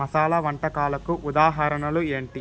మసాలా వంటకాలకు ఉదాహరణలు ఏంటి